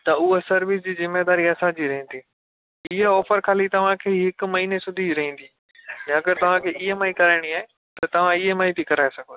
त हूअ सर्विस जी जिम्मेदारी असांजी रहंदी इहो ऑफ़र ख़ाली तव्हांखे हिक महीने सुदी रहंदी ऐं अगरि तव्हांखे ई एम आई करायणी आहे त तव्हां ई एम आई बि कराए सघो था